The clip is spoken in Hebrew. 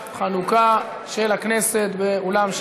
התשע"ז 2016, נתקבל.